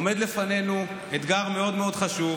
עומד לפנינו אתגר מאוד מאוד חשוב,